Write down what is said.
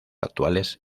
actuales